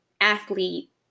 athlete